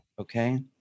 okay